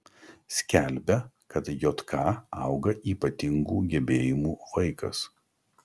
skelbia kad jk auga ypatingų gebėjimų vaikas